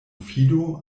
fido